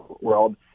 world